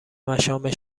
مشامم